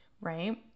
right